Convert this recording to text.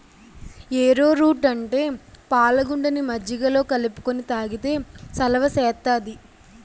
ఏరో route అంటే పాలగుండని మజ్జిగలో కలుపుకొని తాగితే సలవ సేత్తాది